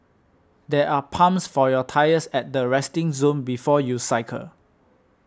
there are pumps for your tyres at the resting zone before you cycle